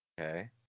Okay